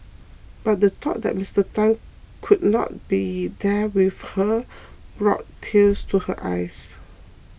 but the thought that Mister Tan could not be there with her brought tears to her eyes